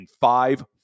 five